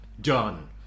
done